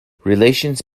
relations